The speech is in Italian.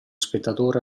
spettatore